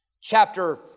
Chapter